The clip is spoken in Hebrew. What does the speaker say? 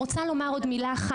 עוד מילה,